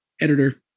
editor